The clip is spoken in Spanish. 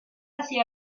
hacia